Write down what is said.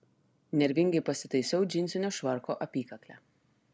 nervingai pasitaisiau džinsinio švarko apykaklę